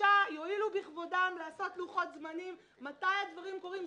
בבקשה שיואילו בכבודם לעשות לוחות זמנים מתי הדברים קורים.